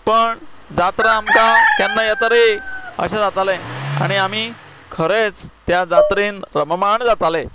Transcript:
पण जात्रा आमकां केन्ना येता रें अशें जातालें आनी आमी खरेंच त्या जात्रेंत रमबाण जाताले